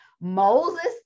Moses